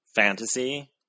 fantasy